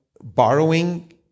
borrowing